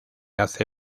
hace